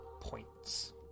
points